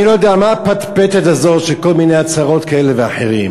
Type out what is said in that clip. אני לא יודע מה הפטפטת הזאת של כל מיני הצהרות כאלה ואחרות.